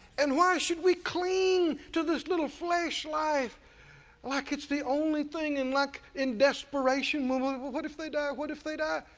and why should we cling to this little flesh life like it's the only thing and like in desperation go, what what if they die? what if they die?